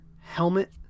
Helmet